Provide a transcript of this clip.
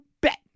bet